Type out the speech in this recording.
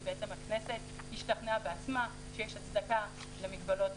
כי בעצם הכנסת השתכנעה בעצמה שיש הצדקה למגבלות